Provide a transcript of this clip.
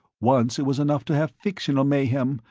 once it was enough to have fictional mayhem,